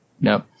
No